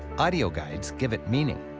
audio guides give it meaning.